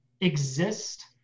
exist